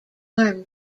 arm